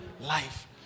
life